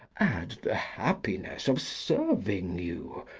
add the happiness of serving you,